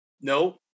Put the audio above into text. No